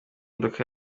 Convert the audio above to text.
imodoka